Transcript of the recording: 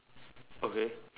okay